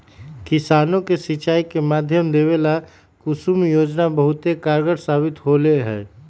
किसानों के सिंचाई के माध्यम देवे ला कुसुम योजना बहुत कारगार साबित होले है